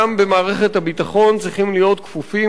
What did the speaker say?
גם במערכת הביטחון צריכים להיות כפופים